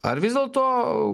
ar vis dėlto